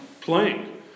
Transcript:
playing